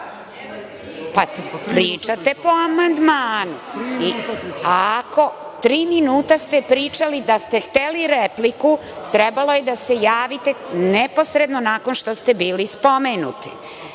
pričate po amandmanu. Tri minuta ste pričali, da ste hteli repliku trebalo je da se javite neposredno nakon što ste bili spomenuti.